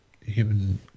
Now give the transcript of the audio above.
Human